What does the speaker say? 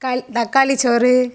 கல் தக்காளி சோறு